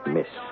Miss